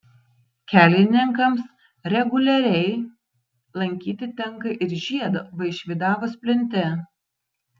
kelininkams reguliariai lankyti tenka ir žiedą vaišvydavos plente